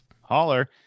holler